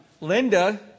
Linda